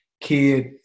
kid